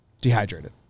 Dehydrated